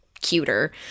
cuter